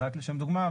רק לשם דוגמה,